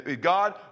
God